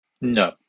no